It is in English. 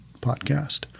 podcast